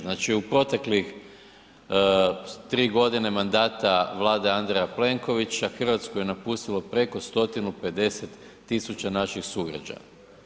Znači u proteklih 3 g. mandata Vlade Andreja Plenkovića, Hrvatsku je napustilo preko 150 000 naših sugrađana.